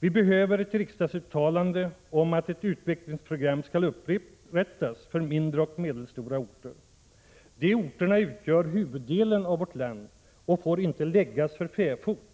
Vi behöver ett riksdagsuttalande om att ett utvecklingsprogram skall upprättas för mindre och medelstora orter. De orterna utgör huvuddelen av vårt land och får inte läggas för fäfot,